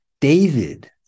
David